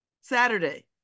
Saturday